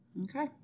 Okay